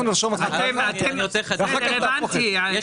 אנחנו נרשום ואחר כך --- יש פה עניין של --- הבנתי,